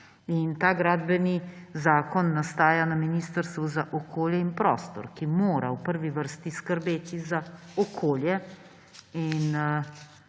In ta gradbeni zakon nastaja na Ministrstvu za okolje in prostor, ki mora v prvi vrsti skrbeti za okolje. In